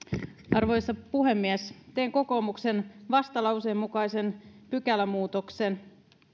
arvoisa puhemies teen kokoomuksen vastalauseen mukaisen pykälämuutosesityksen